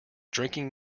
drinking